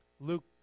luke